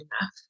enough